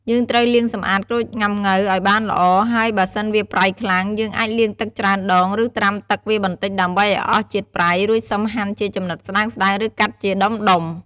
យើងត្រូវលាងសម្អាតក្រូចងុាំង៉ូវឱ្យបានល្អ ហើយបើសិនវាប្រៃខ្លាំង យើងអាចលាងទឹកច្រើនដង ឬត្រាំទឹកវាបន្តិចដើម្បីឱ្យអស់ជាតិប្រៃ រួចសឹមហាន់ជាចំណិតស្តើងៗ ឬកាត់ជាដុំៗ។